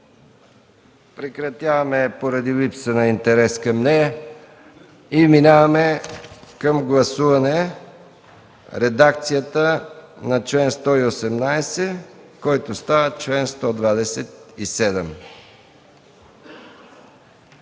Прекратявам я поради липса на интерес към нея. Преминаваме към гласуване на редакцията на чл. 118, който става чл. 127.